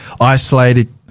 isolated